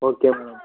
okay madam